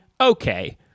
okay